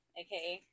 aka